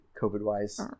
COVID-wise